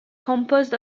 composed